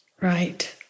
right